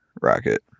rocket